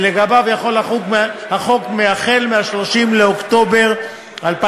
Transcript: שלגביו יחול החוק החל ב-30 באוקטובר 2015,